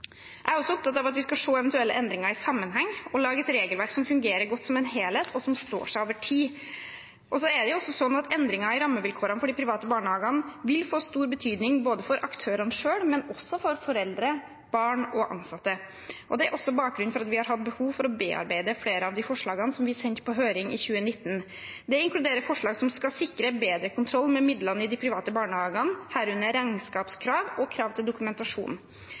Jeg er også opptatt av at vi skal se eventuelle endringer i sammenheng og lage et regelverk som fungerer godt som en helhet, og som står seg over tid. Så er det også sånn at endringer i rammevilkårene for de private barnehagene vil få stor betydning ikke bare for aktørene selv, men også for foreldre, barn og ansatte. Det er også bakgrunnen for at vi har hatt behov for å bearbeide flere av de forslagene vi sendte på høring i 2019. Det inkluderer forslag som skal sikre bedre kontroll med midlene i de private barnehagene, herunder regnskapskrav og krav til dokumentasjon.